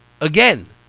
again